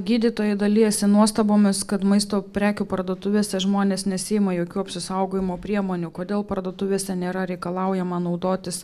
gydytojai dalijasi nuostabomis kad maisto prekių parduotuvėse žmonės nesiima jokių apsisaugojimo priemonių kodėl parduotuvėse nėra reikalaujama naudotis